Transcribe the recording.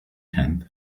tenth